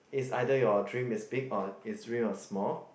is either your dream is big or is your dream is small